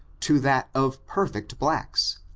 to that of perfect blacks,